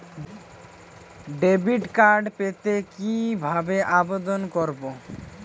Debit card পেতে কি ভাবে আবেদন করব?